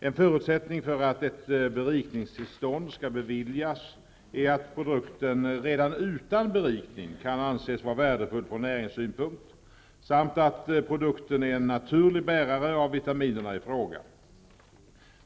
En förutsättning för att ett berikningstillstånd skall beviljas är att produkten redan utan berikning kan anses vara värdefull från näringssynpunkt samt att produkten är en naturlig bärare av vitaminerna i fråga.